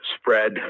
spread